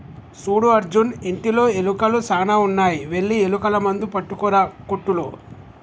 సూడు అర్జున్ ఇంటిలో ఎలుకలు సాన ఉన్నాయి వెళ్లి ఎలుకల మందు పట్టుకురా కోట్టులో